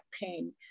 pain